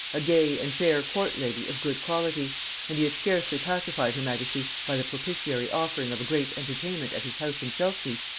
a gay and fair court lady of good quality and he had scarcely pacified her majesty by the propitiatory offering of a great entertainment at his house in chelsea,